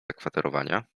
zakwaterowania